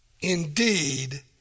Indeed